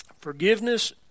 Forgiveness